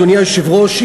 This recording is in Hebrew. אדוני היושב-ראש,